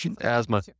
asthma